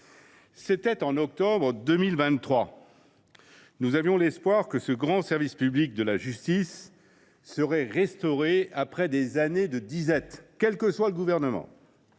C’était en octobre 2023. Nous avions l’espoir que ce grand service public de la justice serait restauré après des années de disette, quel que soit le Gouvernement.